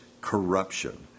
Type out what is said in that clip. corruption